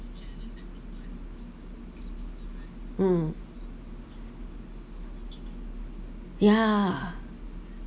mm yeah